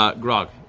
but grog.